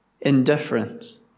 indifference